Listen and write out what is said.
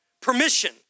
permission